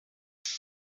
city